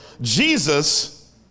Jesus